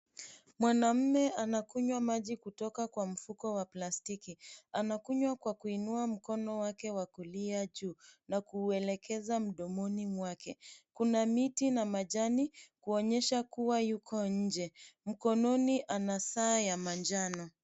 Mwanaume anakunywa maji kutokwa kwa mfuko wa plastiki. Anakunywa kwa kuinua mkono wake wa kulia juu na kuelekeza mdomoni mwake. Kuna miti na majani kuonyesha kuwa yuko nje. Mkononi ana saa ya manjano.